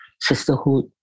sisterhood